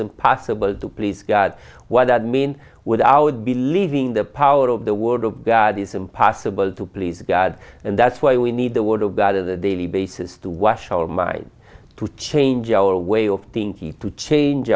impossible to please god what that means without believing the power of the word of god is impossible to please god and that's why we need the word of god as a daily basis to wash our minds to change our way of thinking to change